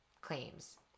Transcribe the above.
claims